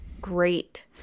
great